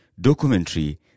Documentary